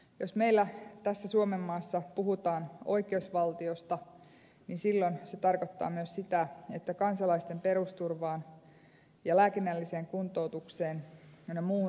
jos meillä tässä suomenmaassa puhutaan oikeusvaltiosta niin silloin se tarkoittaa myös sitä että kansalaisten perusturvaan ja lääkinnälliseen kuntoutukseen ynnä muuta